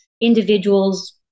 individuals